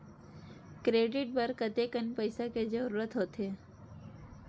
Credit बर कतेकन पईसा के जरूरत होथे?